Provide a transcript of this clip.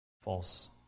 false